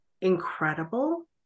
incredible